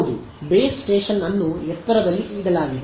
ಹೌದು base station ಅನ್ನು ಎತ್ತರದಲ್ಲಿ ಇಡಲಾಗಿದೆ